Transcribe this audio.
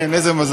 כן, איזה מזל.